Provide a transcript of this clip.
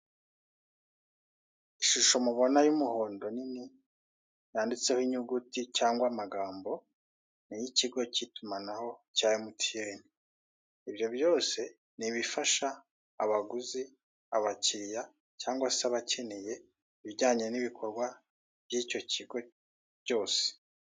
Ishusho mubona y'umuhondo nini yanditseho inyuguti cyangwa amagambo ni iy'ikigo k'itumanaho cya emutiyene, ibyo byose ni ibifasha abaguzi, abakiriya cyangwa se abakeneye ibijyanye n'ibikorwa by'icyo kigo byose.